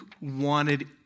wanted